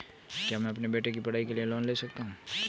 क्या मैं अपने बेटे की पढ़ाई के लिए लोंन ले सकता हूं?